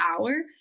hour